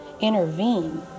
intervene